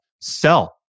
sell